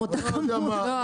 עם אותם --- בלול.